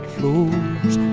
flows